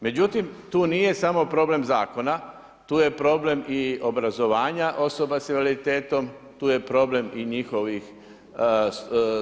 Međutim tu nije samo problem zakona, tu je problem i obrazovanja osoba s invaliditetom, tu je problem i njihovih